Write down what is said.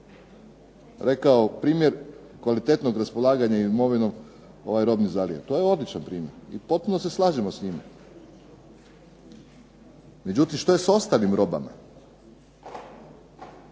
rekao primjer kvalitetnog raspolaganja imovinom robnih zaliha, to je odličan primjer, potpuno se slažemo s njime, međutim, što je s ostalim robama?